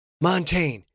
Montaigne